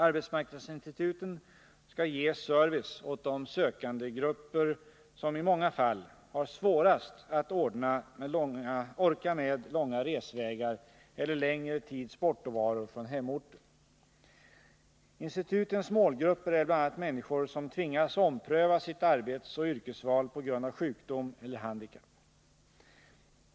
Arbetsmarknadsinstituten skall ge service åt de sökandegrupper som i många fall har svårast att orka med långa resvägar eller längre tids bortovaro från hemorten. Institutens målgrupper är bl.a. människor som tvingas ompröva sitt arbetsoch yrkesval på grund av sjukdom eller handikapp.